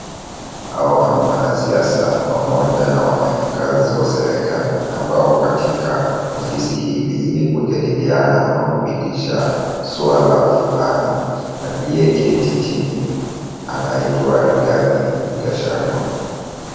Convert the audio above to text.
Hawa ni wanasiasa pamoja na wafanyikazi wa serikali, ambao wako katika ofisi hili ili kujadiliana ama kupitisha suala fulani. Aliyeketi chini anaitwa, Rigathi Gachagua.